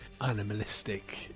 animalistic